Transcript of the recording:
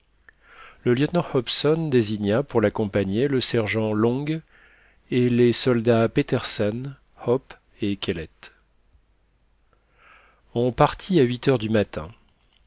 le lieutenant hobson désigna pour l'accompagner le sergent long et les soldats petersen hope et kellet on partit à huit heures du matin